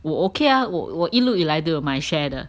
我 okay ah 我我一路以来都有买 share 的